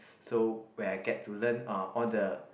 so where I get to learn uh all the